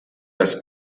das